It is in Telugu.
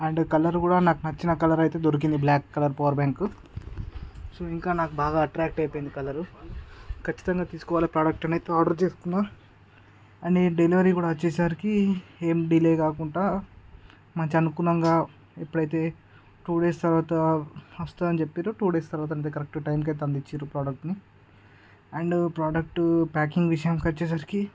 అండ్ కలర్ కూడా నాకు నచ్చిన కలర్ అయితే దొరికింది black colour power bank so ఇంకా నాకు బాగా అట్ట్రాక్ట్ అయిపోయింది కలరు ఖచ్చితంగా తీసుకోవాలి ప్రోడక్ట్ అని అయితే ఆర్డర్ చేసుకున్నాను అండ్ డెలివరీ కూడా వచ్చేసరికి ఏం డిలే కాకుండా మంచి అనుకూలంగా ఎప్పుడైతే టూ డేస్ తర్వాత వస్తుందని చెప్పారు టూ డేస్ తర్వాత కరెక్ట్గా టైమ్కి అందించారు ప్రాడక్ట్ని అండ్ ప్రోడక్ట్ ప్యాకింగ్ విషయానికి వచ్చేసరికి